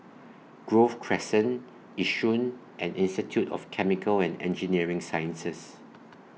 Grove Crescent Yishun and Institute of Chemical and Engineering Sciences